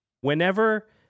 Whenever